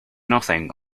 nothing